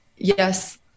Yes